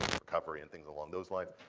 recovery and things along those lines.